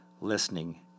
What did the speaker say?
listening